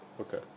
Okay